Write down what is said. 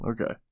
Okay